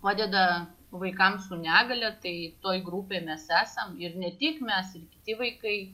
padeda vaikam su negalia tai toj grupėj mes esam ir ne tik mes ir kiti vaikai